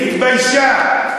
היא התביישה,